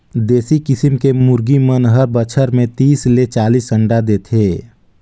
देसी किसम के मुरगी मन हर बच्छर में तीस ले चालीस अंडा देथे